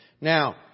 now